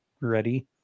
ready